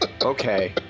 Okay